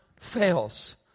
fails